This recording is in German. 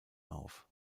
auf